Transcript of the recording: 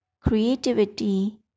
creativity